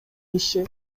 иши